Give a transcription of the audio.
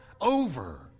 over